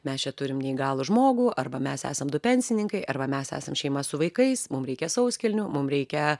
mes čia turim neįgalų žmogų arba mes esam du pensininkai arba mes esam šeima su vaikais mum reikia sauskelnių mum reikia